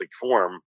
form